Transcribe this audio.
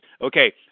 Okay